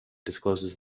discloses